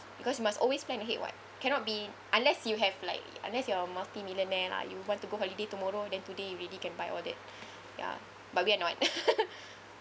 because you must always plan ahead [what] cannot be unless you have like unless you are a multi-millionaire lah you want to go holiday tomorrow than today you already can buy all that ya but we are not